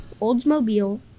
Oldsmobile